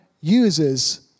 uses